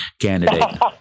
candidate